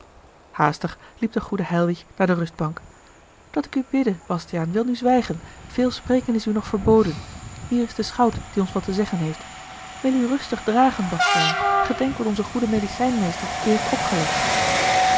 haastig liep de goede heilwich naar de rustbank dat ik u bidde bastiaan wil nu zwijgen veel spreken is u nog verboden hier is de schout die ons wat te zeggen heeft wil u rustig dragen bastiaan gedenk wat onze goede medicijnmeester u heeft opgelegd